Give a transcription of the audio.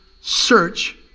search